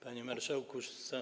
Panie Marszałku!